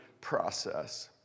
process